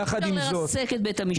יחד עם זאת --- אי אפשר לרסק את בית המשפט.